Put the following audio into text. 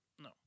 No